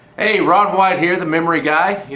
hey ron white here, the memory guy.